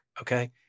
okay